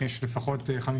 יש לנו לפחות 15